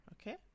okay